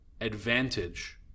advantage